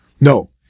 No